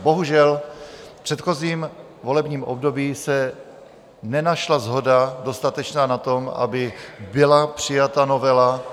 Bohužel, v předchozím volebním období se nenašla dostatečná shoda na tom, aby byla přijata novela.